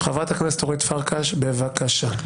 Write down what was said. חברת הכנסת אורית פרקש, בבקשה.